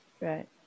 Right